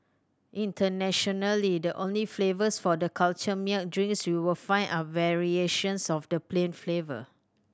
internationally the only flavours for the cultured milk drinks you will find are variations of the plain flavour